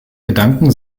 gedanken